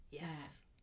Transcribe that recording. Yes